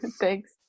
Thanks